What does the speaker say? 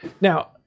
Now